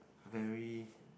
very